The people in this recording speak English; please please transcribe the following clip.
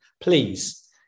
please